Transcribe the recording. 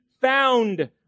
found